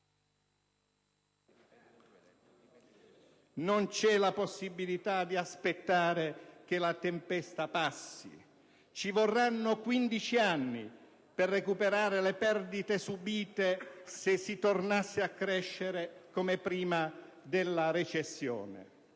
non c'è la possibilità di aspettare che la tempesta passi. Ci vorranno quindici anni per recuperare le perdite subite, se si tornasse a crescere come prima della recessione.